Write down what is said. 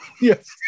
Yes